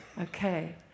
Okay